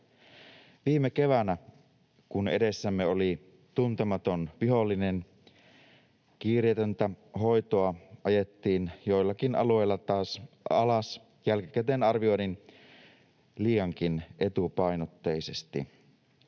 Viime keväänä, kun edessämme oli tuntematon vihollinen, kiireetöntä hoitoa taas ajettiin joillakin alueilla alas jälkikäteen arvioiden liiankin etupainotteisesti.